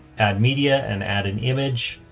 add media and add an image.